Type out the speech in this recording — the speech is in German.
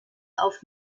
auf